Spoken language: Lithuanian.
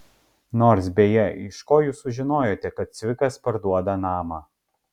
nors beje iš ko jūs sužinojote kad cvikas parduoda namą